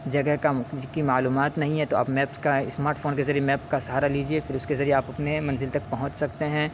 جگہ کا کی معلومات نہیں ہے تو آپ میپس کا اسمارٹ فون کے ذریعے میپ کا سہارا لیجیے پھر اس کے ذریعے آپ اپنے منزل تک پہنچ سکتے ہیں